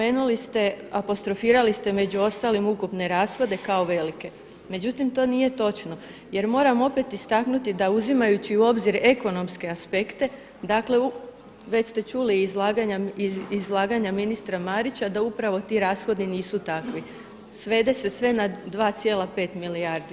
Apostrofirali ste među ostalim ukupne rashode kao velike, međutim to nije točno jer moram opet istaknuti da uzimajući u obzir ekonomske aspekte dakle već ste čuli iz izlaganja ministra Marića da upravo ti rashodi nisu takvi, svede se sve na 2,5 milijardi.